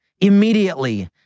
immediately